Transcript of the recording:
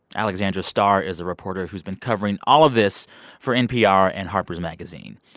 alexandra starr is a reporter who's been covering all of this for npr and harper's magazine.